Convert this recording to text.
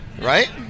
Right